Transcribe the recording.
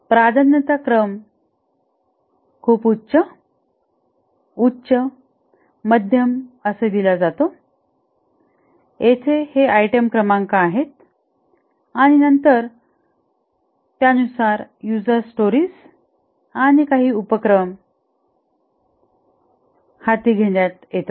प्राधान्यता क्रम खूप उच्च उच्च मध्यम दिला जातो येथे हे आयटम क्रमांक आहेत आणि नंतर त्यानुसार यूजर स्टोरीज आणि काही उपक्रम हाती घेण्यात येतात